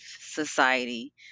society